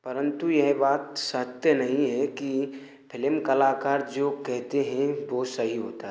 परंतु यह बात सत्य नही है की फिलिम कलाकार जो कहते हैं वह सही होता है